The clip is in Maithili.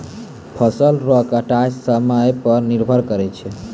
फसल रो कटाय समय पर निर्भर करै छै